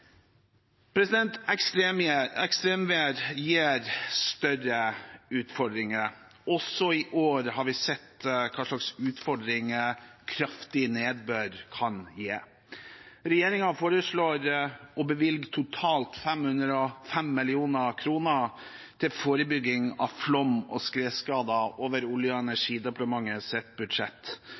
Ekstremvær gir større utfordringer. Også i år har vi sett hva slags utfordringer kraftig nedbør kan gi. Regjeringen foreslår å bevilge totalt 505 mill. kr til forebygging av flom- og skredskader over Olje- og energidepartementets budsjett.